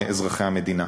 אזרחי המדינה.